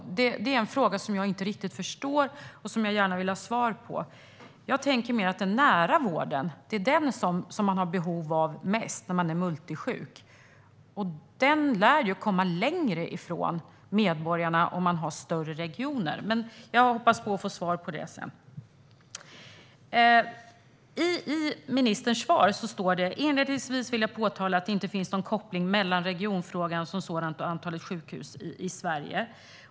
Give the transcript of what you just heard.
Det är en fråga som jag inte riktigt förstår och som jag gärna vill ha svar på. Det är den nära vården som man har störst behov av när man är multisjuk. Den lär ju komma längre ifrån medborgarna om man har större regioner. Jag hoppas att få svar på den frågan senare. Ministern säger i sitt svar: "Inledningsvis vill jag påtala att det inte finns någon koppling mellan regionfrågan som sådan och antalet sjukhus i Sverige."